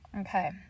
okay